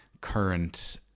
current